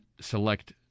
Select